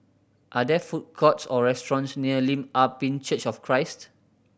are there food courts or restaurants near Lim Ah Pin Church of Christ